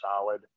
solid